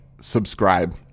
subscribe